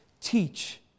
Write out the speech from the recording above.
teach